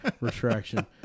retraction